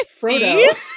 Frodo